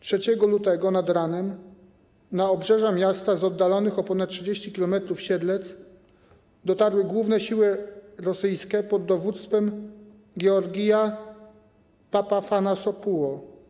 3 lutego nad ranem na obrzeża miasta z oddalonych o ponad 30 km Siedlec dotarły główne siły rosyjskie pod dowództwem Gieorgija Papaafanasopuło.